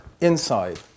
inside